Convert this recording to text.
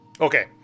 Okay